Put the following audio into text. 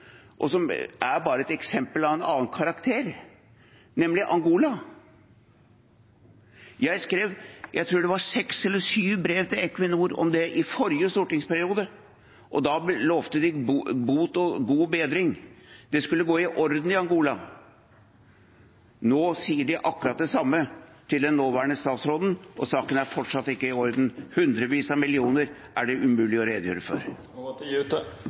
og som bare er et eksempel av en annen karakter, nemlig Angola. Jeg tror det var seks eller syv brev jeg skrev til Equinor om det i forrige stortingsperiode, og da lovet de bot og bedring, det skulle gå i orden i Angola. Nå sier de akkurat det samme til den nåværende statsråden, og saken er fortsatt ikke i orden. Hundrevis av millioner er det umulig å redegjøre for.